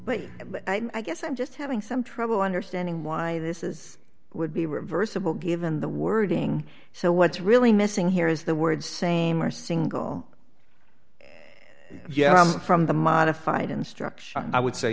but i guess i'm just having some trouble understanding why this is would be reversible given the wording so what's really missing here is the word same or single yeah from the modified instruction i would say